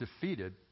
defeated